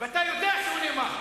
אתה היית בחדר ואתה יודע שהוא נאמר.